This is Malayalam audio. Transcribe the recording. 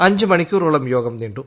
അഞ്ചു മണിക്കൂറോളം യോഗം നീണ്ടു